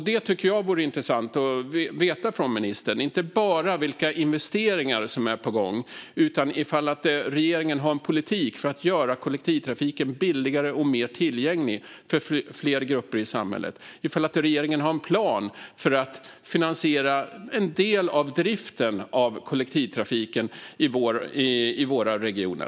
Det skulle vara intressant att av ministern få veta inte bara vilka investeringar som är på gång utan också om regeringen har en politik för att göra kollektivtrafiken billigare och mer tillgänglig för fler grupper i samhället. Har regeringen en plan för att finansiera en del av driften av kollektivtrafiken i våra regioner?